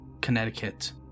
connecticut